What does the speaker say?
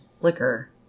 liquor